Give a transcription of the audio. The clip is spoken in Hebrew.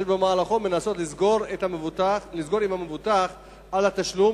ובמהלכו הן מנסות לסגור עם המבוטח על תשלום